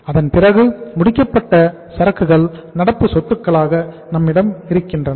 அதன்பிறகு முடிக்கப்பட்ட சரக்குகள் நடப்பு சொத்துக்களாக நம்மிடம் இருக்கின்றன